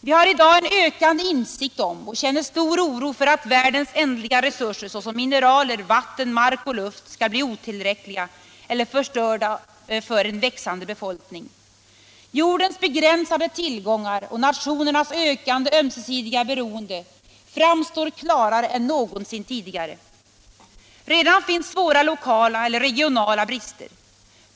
Vi har i dag en ökande insikt om och känner stor oro för at: världens ändliga resurser såsom mineraler, vatten, mark och luft skall bli otillräckliga eller förstörda för en växande befolkning. Jordens begränsade tillgångar och nationernas ökande ömsesidiga beroende framstår klarare än någonsin tidigare. Redan finns svåra lokala eller regionala brister.